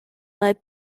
led